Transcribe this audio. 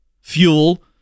fuel